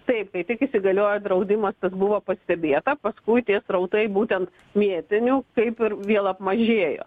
taip kai tik įsigaliojo draudimas tas buvo pastebėta paskui tie srautai būtent mėtinių kaip ir vėl apmažėjo